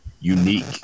unique